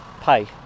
pay